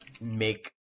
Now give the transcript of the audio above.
make